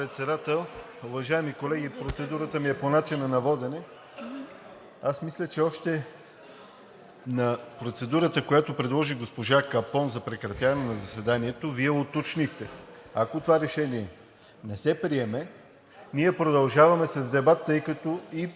ако това решение не се приеме, ние продължаваме с дебат, тъй като и